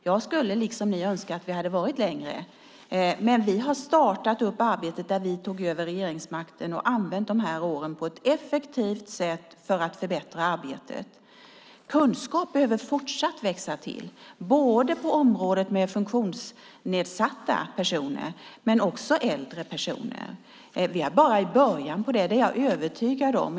Jag skulle liksom ni önska att vi hade kommit längre, men vi startade arbetet när vi tog över regeringsmakten och har använt de här åren på ett effektivt sätt för att förbättra arbetet. Kunskap behöver fortsatt växa till, både när det gäller funktionsnedsatta personer och äldre personer. Vi är bara i början på detta; det är jag övertygad om.